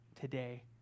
Today